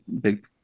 big